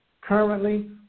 currently